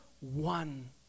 One